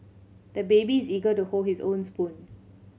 the baby is eager to hold his own spoon